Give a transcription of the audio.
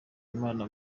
imana